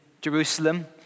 Jerusalem